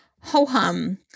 ho-hum